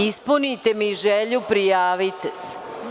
Ispunite mi želju i prijavite se.